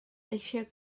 eisiau